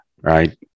Right